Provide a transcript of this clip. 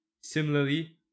Similarly